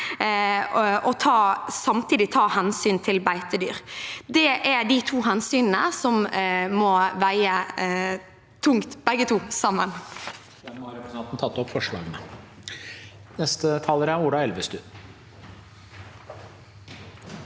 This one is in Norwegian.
og samtidig ta hensyn til beitedyr. Det er de to hensynene som begge må veie tungt sammen.